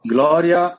Gloria